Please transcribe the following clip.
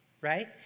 right